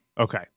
Okay